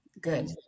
Good